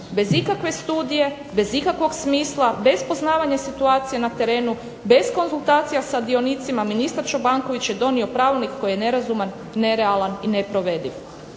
Bez ikakve studije, bez ikakvog smisla, bez poznavanja situacije na terenu, bez konzultacija sa dionicima ministar Čobanković je donio pravilnik koji je nerazuman, nerealan i neprovediv.